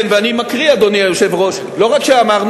כן, ואני מקריא, אדוני היושב-ראש, לא רק שאמרנו.